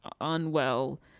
unwell